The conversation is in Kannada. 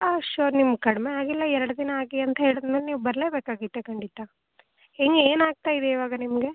ಹಾಂ ಶೂರ್ ನಿಮ್ಗೆ ಕಡಿಮೆ ಆಗಿಲ್ಲ ಎರಡು ದಿನ ಆಗಿ ಅಂತ ಹೇಳಿದ್ಮೇಲೆ ನೀವು ಬರಲೇಬೇಕಾಗಿತ್ತು ಖಂಡಿತ ಇನ್ನೂ ಏನು ಆಗ್ತಾ ಇದೆ ಇವಾಗ ನಿಮಗೆ